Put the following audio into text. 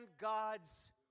God's